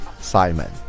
Simon